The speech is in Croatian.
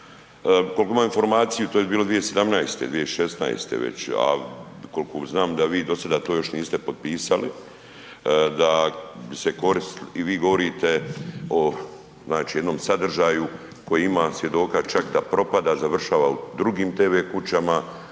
Koliko imam informaciju to je bilo 2017., 2016. već, a koliko znam da vi do sada to još niste potpisali, da se i vi govorite o znači jednom sadržaju koji imam svjedoka čak da propada, završava u drugim tv kućama